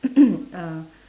uh